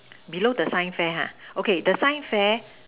below the sign fair ha okay the sign fair